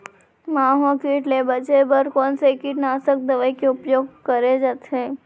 माहो किट ले बचे बर कोन से कीटनाशक दवई के उपयोग करे जाथे?